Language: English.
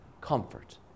Comfort